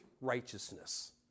righteousness